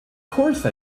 course